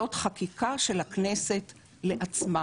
זאת חקיקה של הכנסת לעצמה.